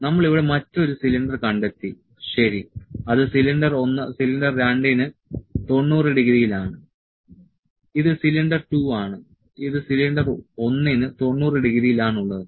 നമ്മൾ ഇവിടെ മറ്റൊരു സിലിണ്ടർ കണ്ടെത്തി ശരി അത് സിലിണ്ടർ 1 സിലിണ്ടർ 2 നു 90 ഡിഗ്രിയിൽ ആണ് ഇത് സിലിണ്ടർ 2 ആണ് ഇത് സിലിണ്ടർ 1 ന് 90 ഡിഗ്രിയിൽ ആണ് ഉള്ളത്